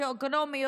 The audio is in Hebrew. אחריות.